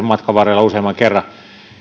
matkan varrella useamman kerran